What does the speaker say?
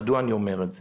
מדוע אני אומר את זה?